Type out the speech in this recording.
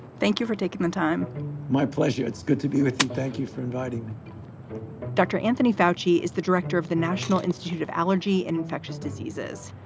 thank you for taking the time my pleasure. it's good to be with you. thank you for inviting me dr. anthony fauci is the director of the national institute of allergy and infectious diseases.